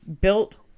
built